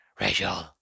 Rachel